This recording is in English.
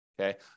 okay